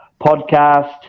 podcast